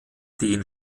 den